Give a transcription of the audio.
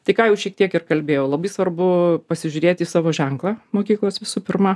tai ką jau šiek tiek ir kalbėjau labai svarbu pasižiūrėt į savo ženklą mokyklos visų pirma